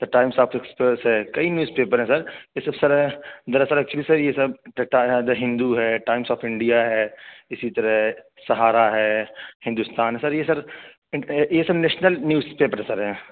the Times of Express ہے کئی newspaper ہیں سر یہ سب سر دراصل ایکچولی سر یہ سب دا آف دا ہندو ہے ٹائمس آف انڈیا ہے اسی طرح سہارا ہے ہندوستان ہے سر یہ سر یہ سب نیشنل نیوز پیپر سر ہیں